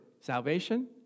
salvation